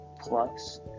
Plus